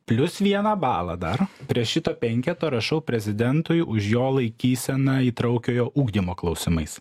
plius vieną balą dar prie šito penketo rašau prezidentui už jo laikyseną įtraukiojo ugdymo klausimais